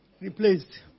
Replaced